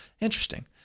Interesting